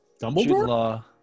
Dumbledore